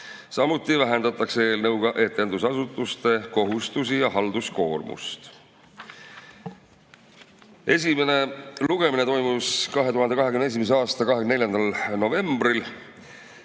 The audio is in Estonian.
Samuti vähendatakse eelnõuga etendusasutuste kohustusi ja halduskoormust. Esimene lugemine toimus 2021. aasta 24. novembril.